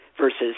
versus